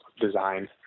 design